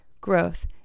growth